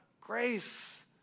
Grace